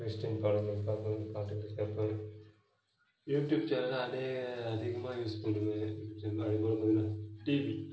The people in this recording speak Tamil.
கிறிஸ்டின் படம்லாம் பார்ப்பேன் பாட்டு கீட்டு கேட்பேன் யூடியூப் சேனலில் அதே அதிகமாக யூஸ் பண்ணுறது மாதிரி யூடியூப் சேனல் அதேபோல் டிவி